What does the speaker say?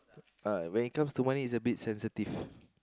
uh when it becomes to money it's a bit sensitive